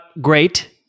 great